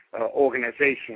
organization